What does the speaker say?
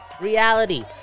Reality